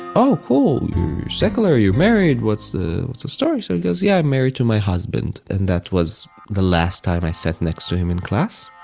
oh cool, you're um secular, you're married. what's the story? so he goes, yeah, i'm married to my husband. and that was the last time i sat next to him in class.